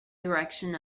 direction